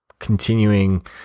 continuing